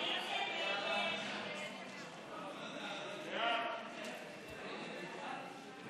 הצעת סיעות ימינה וישראל ביתנו